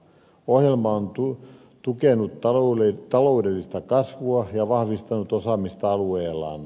ohjelma on tukenut taloudellista kasvua ja vahvistanut osaamista alueellaan